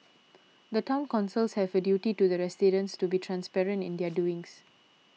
the Town Councils have a duty to the residents to be transparent in their doings